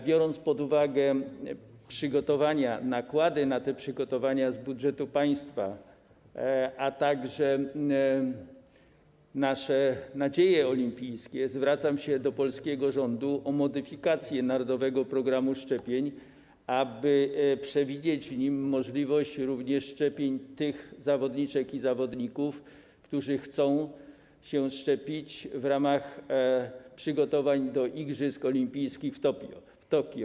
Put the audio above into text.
Biorąc pod uwagę przygotowania, nakłady na te przygotowania z budżetu państwa, a także nasze nadzieje olimpijskie, zwracam się do polskiego rządu o modyfikację Narodowego Programu Szczepień, aby przewidzieć w nim również możliwość szczepień tych zawodniczek i zawodników, którzy chcą się szczepić w ramach przygotowań do igrzysk olimpijskich w Tokio.